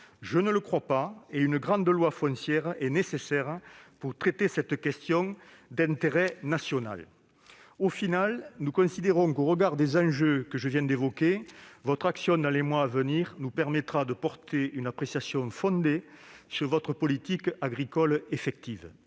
Je ne le crois pas, et une grande loi foncière serait nécessaire pour traiter cette question d'intérêt national. Au regard des enjeux que je viens d'évoquer, monsieur le ministre, votre action dans les mois à venir nous permettra de porter une appréciation fondée sur votre politique agricole effective.